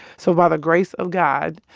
so by the grace of god,